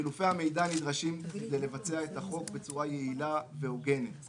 חילופי המידע נדרשים כדי לבצע את החוק בצורה יעילה והוגנת.